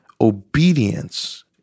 Obedience